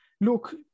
look